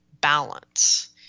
balance